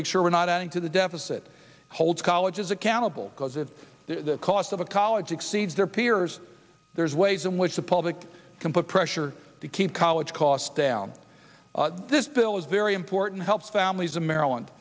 make sure we're not adding to the deficit hold colleges accountable because at the cost of a college exceeds their peers there's ways in which the public can put pressure to keep college costs down this bill is very important helps families of maryland